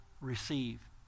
receive